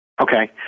Okay